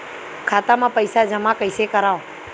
खाता म पईसा जमा कइसे करव?